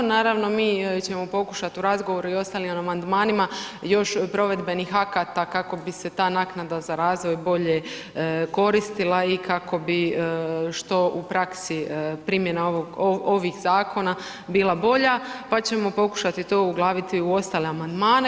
Naravno, mi ćemo pokušati u razgovoru i ostalim amandmanima još provedbenih akata kako bi se ta naknada za razvoj bolje koristila i kako bi što u praksi, primjena ovih zakona bila bolja, pa ćemo pokušati to uglaviti u ostale amandmane.